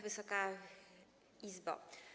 Wysoka Izbo!